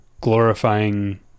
glorifying